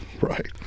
Right